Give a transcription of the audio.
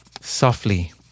softly